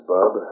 Bob